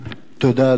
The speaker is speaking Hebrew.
תודה.